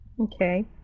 Okay